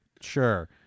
sure